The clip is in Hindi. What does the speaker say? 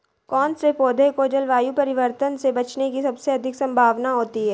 कौन से पौधे को जलवायु परिवर्तन से बचने की सबसे अधिक संभावना होती है?